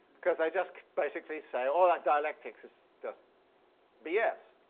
because they just basically say all that dialectics is just b s